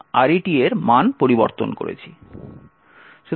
এবং RET এর মান পরিবর্তন করেছি